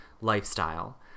lifestyle